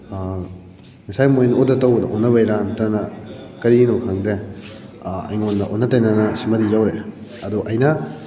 ꯉꯁꯥꯏ ꯃꯣꯏꯅ ꯑꯣꯗꯔ ꯇꯧꯕꯗ ꯑꯣꯟꯅꯕꯒꯤꯔ ꯅꯠꯇ꯭ꯔꯒꯅ ꯀꯔꯤꯒꯤꯅꯣ ꯈꯪꯗ꯭ꯔꯦ ꯑꯩꯉꯣꯟꯗ ꯑꯣꯟꯅ ꯇꯩꯅꯅ ꯁꯤꯃꯗꯤ ꯌꯧꯔꯛꯑꯦ ꯑꯗꯣ ꯑꯩꯅ